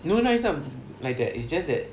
you know nice some like that it's just that